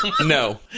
No